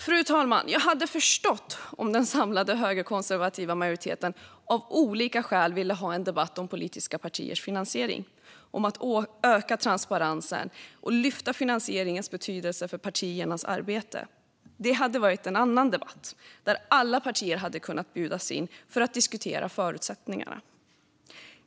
Fru talman! Jag hade förstått om den samlade högerkonservativa majoriteten av olika skäl hade velat ha en debatt om politiska partiers finansiering och om att öka transparensen och lyfta finansieringens betydelse för partiernas arbete. Det hade varit en annan debatt, där alla partier hade kunnat bjudas in för att diskutera förutsättningarna.